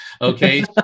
okay